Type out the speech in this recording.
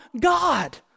God